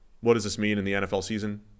what-does-this-mean-in-the-NFL-season